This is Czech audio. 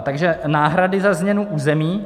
Takže náhrady za změnu území.